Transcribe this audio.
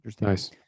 nice